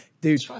Dude